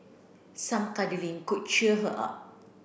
some cuddling could cheer her up